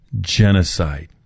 genocide